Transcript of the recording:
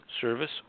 service